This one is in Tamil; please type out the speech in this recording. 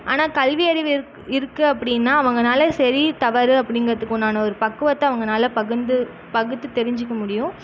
ஆனால் கல்வியறிவு இருக் இருக்கு அப்படின்னா அவங்கனால சரி தவறு அப்படிங்கிறதுக்கு உண்டான ஒரு பக்குவத்தை அவங்கனால பகுந்து பகுத்து தெரிஞ்சிக்க முடியும்